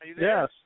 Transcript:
Yes